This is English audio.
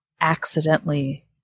accidentally